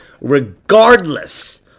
regardless